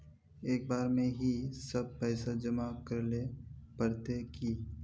एक बार में ही सब पैसा जमा करले पड़ते की?